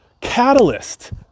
catalyst